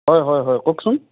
হয় হয় হয় কওকচোন